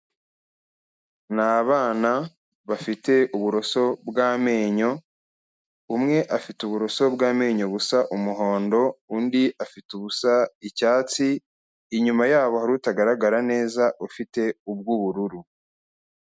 Ni abana bafite uburoso bw'amenyo, umwe afite uburoso bw'amenyo busa umuhondo, undi afite ubusa icyatsi, inyuma yabo hari utagaragara neza ufite ubw'ubururu.